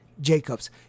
Jacobs